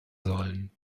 sollen